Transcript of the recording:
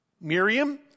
Miriam